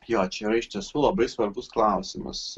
jo čia yra iš tiesų labai svarbus klausimas